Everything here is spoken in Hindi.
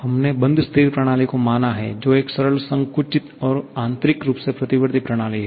हमने बंद स्थिर प्रणाली को माना है जो एक सरल संकुचित और आंतरिक रूप से प्रतिवर्ती प्रणाली है